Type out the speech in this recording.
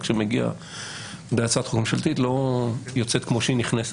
הצעת חוק ממשלתית שמגיעה לא יוצאת כמו שהיא נכנסת.